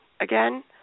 again